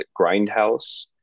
Grindhouse